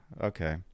okay